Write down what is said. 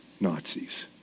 Nazis